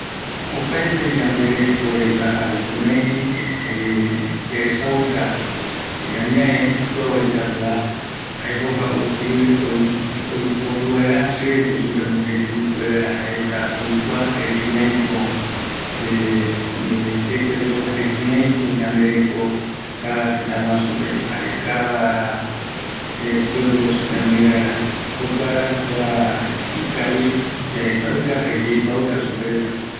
Kua yandereko añavepeguarëtäpe, jaeko yaikuauka, yaesauka, kïraïko arakae yadeɨpɨ reta jeko, jaema jayave yaikuauka ye ñaï yandeɨpɨ reta jeko